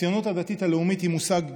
הציונות הדתית הלאומית היא מושג גדול,